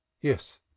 yes